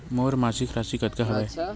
मोर मासिक राशि कतका हवय?